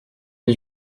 des